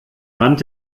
rand